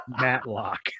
Matlock